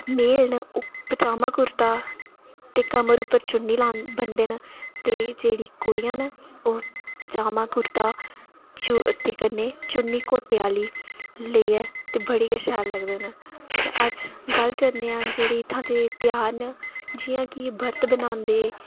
मेल न ओह् पजामा कुर्ता ते कमर पर चुन्नी बनदे न ते जेह्ड़ी कुड़ियां न ओह् पजामा कुर्ता ते चुन्नी घोटै आह्ली लेइयै ते बड़े गै शैल लगदे न ते अज्ज गल्ल करने आं इत्थूं दे जेह्ड़े ध्यार न जियां कि बर्त बनांदे